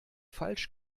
falsch